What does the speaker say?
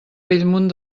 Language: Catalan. bellmunt